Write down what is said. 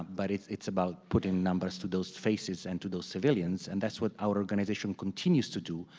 um but it's it's about putting numbers to those faces and to those civilians, and that's what our organization continues to do.